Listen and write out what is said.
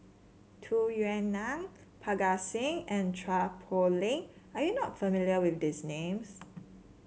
Tung Yue Nang Parga Singh and Chua Poh Leng are you not familiar with these names